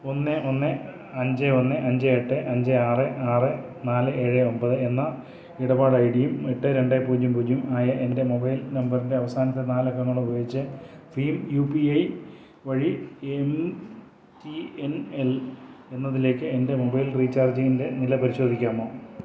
ഒന്ന് ഒന്ന് അഞ്ച് ഒന്ന് അഞ്ച് എട്ട് അഞ്ച് ആറ് ആറ് നാല് ഏഴ് ഒമ്പത് എന്ന ഇടപാട് ഐഡിയും എട്ട് രണ്ട് പൂജ്യം പൂജ്യം ആയ എൻ്റെ മൊബൈൽ നമ്പറിൻ്റെ അവസാനത്തെ നാലക്കങ്ങളുപയോഗിച്ച് ഭീം യു പി ഐ വഴി എം ടി എൻ എൽ എന്നതിലേക്ക് എൻ്റെ മൊബൈൽ റീചാർജിങ്ങിൻ്റെ നില പരിശോധിക്കാമോ